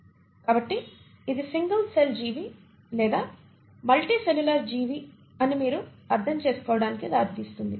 కాబట్టి ఇది single cell జీవి లేదా మల్టి సెల్యులార్ జీవి అని మీరు అర్థం చేసుకోవడానికి దారి తీస్తుంది